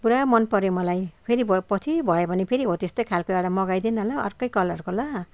पुरा मनपऱ्यो मलाई फेरि भयो पछि भयो भने फेरि हो त्यस्तै खालको एउटा मगाइदेन ल अर्कै कलरको ल